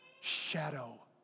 shadow